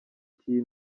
cy’iyi